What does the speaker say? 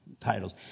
titles